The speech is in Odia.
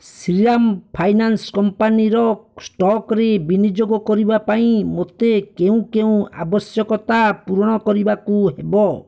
ଶ୍ରୀରାମ ଫାଇନାନ୍ସ୍ କମ୍ପାନୀର ଷ୍ଟକରେ ବିନିଯୋଗ କରିବା ପାଇଁ ମୋତେ କେଉଁ କେଉଁ ଆବଶ୍ୟକତା ପୂରଣ କରିବାକୁ ହେବ